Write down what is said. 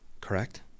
Correct